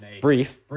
brief